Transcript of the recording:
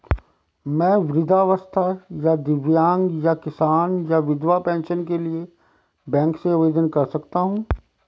मैं वृद्धावस्था या दिव्यांग या किसान या विधवा पेंशन के लिए बैंक से आवेदन कर सकता हूँ?